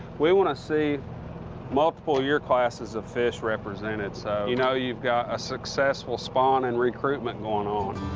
we want to see multiple year classes of fish represented so you know you've got a successful spawn and recruitment going on.